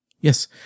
Yes